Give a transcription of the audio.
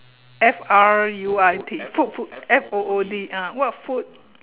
F R U I T food food F O O D ah what food